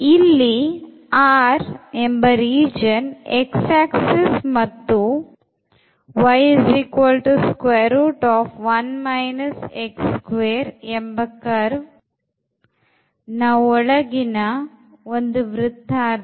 ಇಲ್ಲಿ R x axis ಮತ್ತು ಒಳಗಿನ ಒಂದು ವೃತ್ತಾರ್ಧ